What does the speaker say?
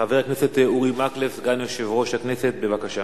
חבר הכנסת אורי מקלב, סגן יושב-ראש הכנסת, בבקשה.